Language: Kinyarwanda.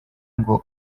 ngo